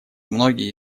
многие